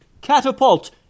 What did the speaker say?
Catapult